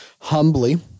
humbly –